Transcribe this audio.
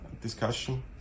discussion